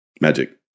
Magic